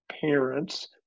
parents